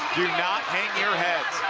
do not hang your heads.